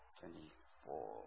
twenty-four